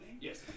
Yes